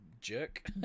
jerk